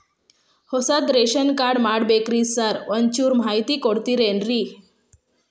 ಹೊಸದ್ ration card ಮಾಡ್ಬೇಕ್ರಿ sir ಒಂಚೂರ್ ಮಾಹಿತಿ ಕೊಡ್ತೇರೆನ್ರಿ?